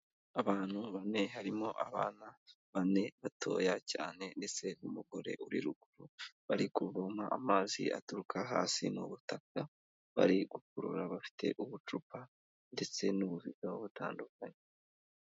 Abantu bane harimo abana bane batoya cyane ndetse n'umugore uri ruguru, bari kuvoma amazi aturuka hasi n'ubutaka. Bari gukurura bafite ubucupa ndetse n'ububido butandukanye.